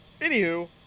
anywho